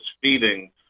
feeding